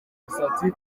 musatsi